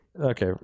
Okay